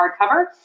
hardcover